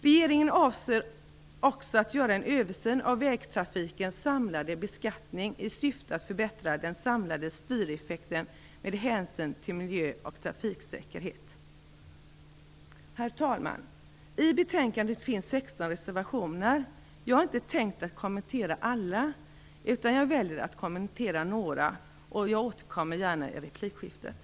Regeringen avser också att göra en översyn av vägtrafikens samlade beskattning i syfte att förbättra den samlade styreffekten med hänsyn till miljö och trafiksäkerhet. Herr talman! Till betänkandet finns 16 reservationer fogade. Jag har inte tänkt att kommentera alla, utan jag väljer att kommentera några och jag återkommer gärna i replikskiftet.